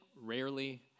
rarely